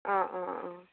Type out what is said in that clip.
অঁ অঁ অঁ